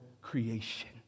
creation